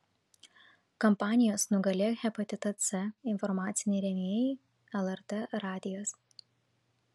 kampanijos nugalėk hepatitą c informaciniai rėmėjai lrt radijas